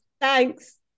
thanks